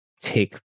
take